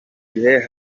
gihe